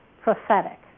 prophetic